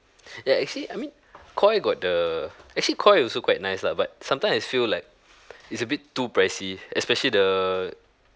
ya actually I mean koi got the actually koi also quite nice lah but sometimes I feel like it's a bit too pricey especially the